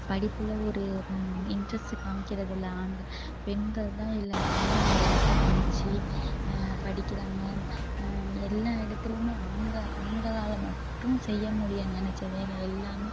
படிப்பில் ஒரு இன்ட்ரெஸ்ட்டு காமிக்கிறது இல்லை ஆண்கள் பெண்கள் தான் எல்லாத்துலையுமே இன்ட்ரெஸ்ட்டு காமித்து படிக்கிறாங்க எல்லா இடத்துலையுமே ஆண்கள் ஆண்களால் மட்டும் செய்ய முடியும்னு நினச்ச வேலை எல்லாமே